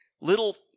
Little